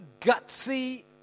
gutsy